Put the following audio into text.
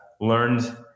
learned